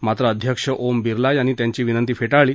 मात्र अध्यक्ष ओम बिर्ला यांनी त्यांची विनंती फेटाळली